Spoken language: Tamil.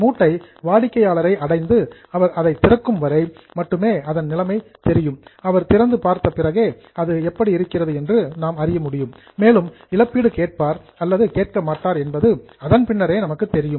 மூட்டை வாடிக்கையாளரை அடைந்து அவர் அதை திறக்கும் போது மட்டுமே அதன் நிலைமை தெரியும் மேலும் இழப்பீடு கேட்பார் அல்லது கேட்க மாட்டார் என்பது அதன் பின்னரே நமக்கு தெரியும்